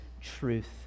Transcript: truth